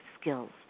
skills